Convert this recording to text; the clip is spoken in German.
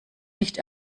nicht